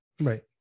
Right